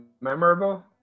memorable